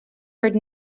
heard